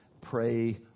Pray